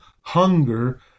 hunger